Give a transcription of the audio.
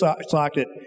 socket